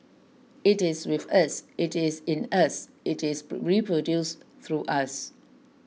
it is with us it is in us it is reproduced through us